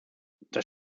das